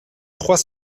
trois